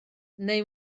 neu